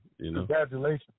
Congratulations